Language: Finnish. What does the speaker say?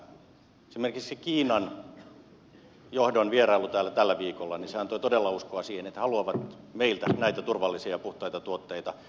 esimerkiksi kiinan johdon vierailu täällä tällä viikolla antoi todella uskoa siihen että he haluavat meiltä näitä turvallisia ja puhtaita tuotteita